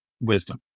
wisdom